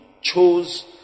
chose